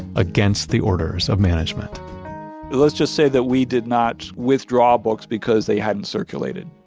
against the orders of management let's just say that we did not withdraw books because they hadn't circulated.